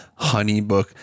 HoneyBook